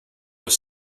were